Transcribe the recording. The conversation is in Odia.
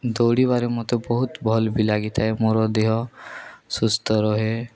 ଦୌଡ଼ିବାରେ ମୋତେ ବହୁତ ଭଲ ବି ଲାଗିଥାଏ ମୋର ଦେହ ସୁସ୍ଥ ରୁହେ